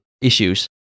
issues